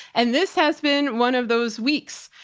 and this has been one of those weeks.